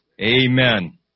Amen